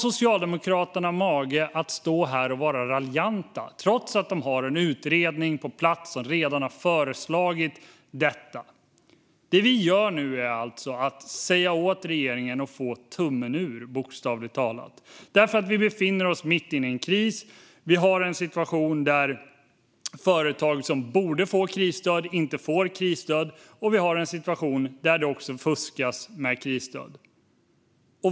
Socialdemokraterna har mage att stå här och vara raljanta, trots att de har en utredning på plats som redan har föreslagit detta. Det vi nu gör är att säga åt regeringen att få tummen ur, bokstavligt talat. Vi befinner oss mitt inne i en kris. Vi har en situation där företag som borde få krisstöd inte får krisstöd, och vi ha en situation där det också fuskas med krisstöd.